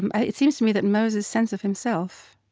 and ah it seems to me that moses sense of himself,